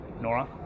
Nora